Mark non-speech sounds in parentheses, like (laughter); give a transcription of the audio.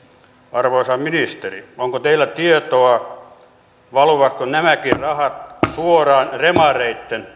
arvoisa ministeri onko teillä tietoa valuvatko nämäkin rahat suoraan demareitten (unintelligible)